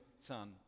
son